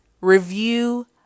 review